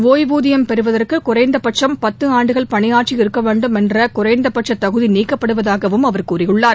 ஒய்வூதியம் பெறுவதற்கு குறைந்தபட்சம் பத்தாண்டுகள் பணியாற்றி இருக்க வேண்டும் என்ற குறைந்தபட்ச தகுதி நீக்கப்படுவதாகவும் அவர் கூறினார்